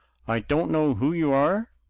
i don't know who you are,